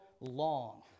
long